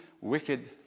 wicked